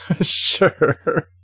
Sure